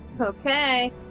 Okay